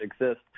exist